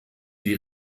die